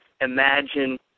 imagine